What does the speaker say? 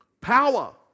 power